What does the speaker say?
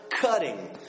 cutting